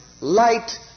light